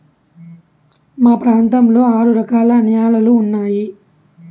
మా ప్రాంతంలో ఆరు రకాల న్యాలలు ఉన్నాయి